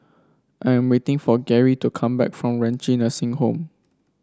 I'm waiting for Garry to come back from Renci Nursing Home